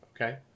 Okay